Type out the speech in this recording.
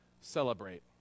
celebrate